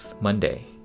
Monday